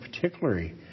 particularly